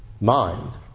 mind